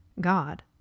God